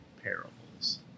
parables